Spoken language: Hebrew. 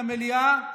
למליאה,